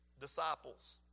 disciples